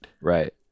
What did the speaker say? Right